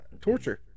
Torture